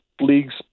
league's